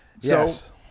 Yes